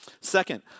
Second